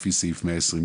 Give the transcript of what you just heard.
לפי סעיף 120(ד׳),(1ב׳),